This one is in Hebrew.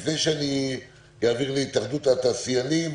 לפני שאני אעביר להתאחדות התעשיינים,